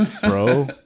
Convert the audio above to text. bro